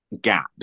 gap